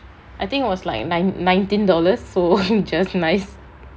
I think it was like nine nineteen dollars so just nice